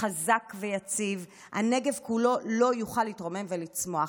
ויציב הנגב כולו לא יוכל להתרומם ולצמוח במדינה.